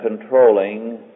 controlling